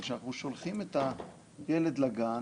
אבל כשאנחנו שולחים את הילד לגן